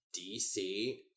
DC